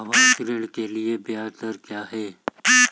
आवास ऋण के लिए ब्याज दर क्या हैं?